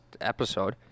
episode